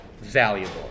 valuable